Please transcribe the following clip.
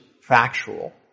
factual